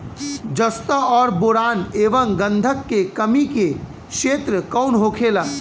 जस्ता और बोरान एंव गंधक के कमी के क्षेत्र कौन होखेला?